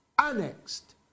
annexed